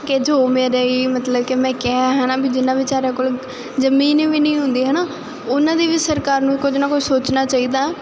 ਕਿ ਜੋ ਮੇਰੇ ਮਤਲਬ ਕਿ ਮੈਂ ਕਿਹਾ ਹਨਾ ਵੀ ਜਿਨਾਂ ਵਿਚਾਰੇ ਕੋਲ ਜਮੀਨ ਵੀ ਨਹੀਂ ਹੁੰਦੀ ਹਨਾ ਉਹਨਾਂ ਦੇ ਵੀ ਸਰਕਾਰ ਨੂੰ ਕੁਝ ਨਾ ਕੁਝ ਸੋਚਣਾ ਚਾਹੀਦਾ ਤੇ